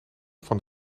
van